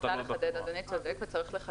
אדוני צודק וצריך לחדד.